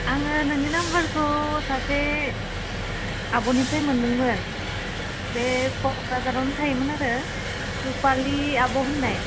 आङो नोंनि नाम्बारखौ सासे आब'निफ्राय मोनदोंमोन बे क'क्राझारावनो थायोमोन आरो रुपालि आब' होन्नाय